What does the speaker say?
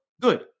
good